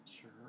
Sure